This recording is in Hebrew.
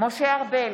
משה ארבל,